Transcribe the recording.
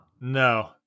No